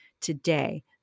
today